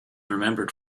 remembered